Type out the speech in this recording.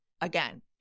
again